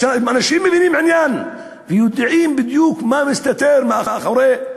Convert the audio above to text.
יש שם אנשים מבינים עניין ויודעים בדיוק מה מסתתר מאחורי,